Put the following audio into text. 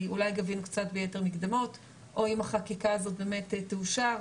אולי גבינו קצת ביתר מקדמות או אם החקיקה הזאת באמת תאושר,